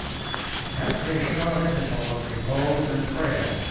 after a short interval of repose and prayer,